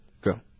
Go